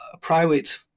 private